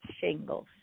shingles